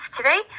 today